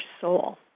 soul